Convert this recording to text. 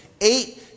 Eight